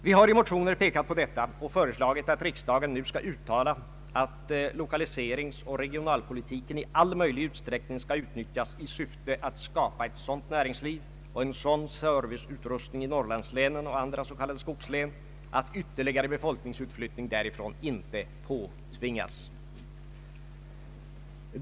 Vi har i motioner pekat på detta och föreslagit att riksdagen nu skall uttala att lokaliseringsoch regionalpolitiken i all möjlig utsträckning skall utnyttjas i syfte att skapa ett sådant näringsliv och en sådan serviceutrustning i Norrlandslänen och andra s.k. skogslän att ytterligare befolkningsutflyttning därifrån inte påtvingas.